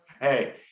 Hey